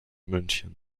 münchen